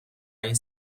این